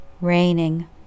raining